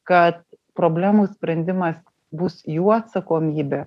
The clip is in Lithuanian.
kad problemų sprendimas bus jų atsakomybė